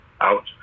out